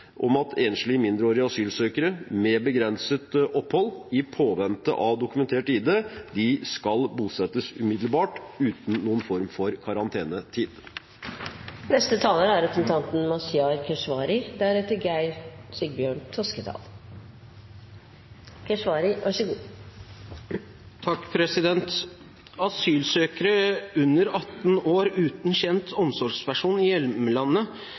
om at enslige mindreårige asylsøkere med begrenset opphold i påvente av dokumentert ID skal bosettes umiddelbart uten noen form for karantenetid. Asylsøkere under 18 år uten kjent omsorgsperson i